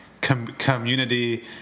community